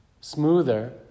smoother